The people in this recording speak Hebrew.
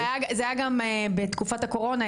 זה היה גם בתקופת הקורונה,